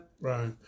Right